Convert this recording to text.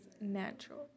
natural